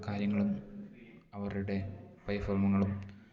കാര്യങ്ങളും അവരുടെ പരിഭവങ്ങളും